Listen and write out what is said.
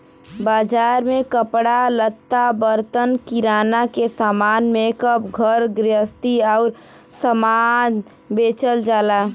बाजार में कपड़ा लत्ता, बर्तन, किराना के सामान, मेकअप, घर गृहस्ती आउर सामान बेचल जाला